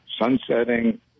sunsetting